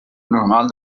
normal